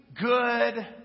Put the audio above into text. good